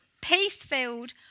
peace-filled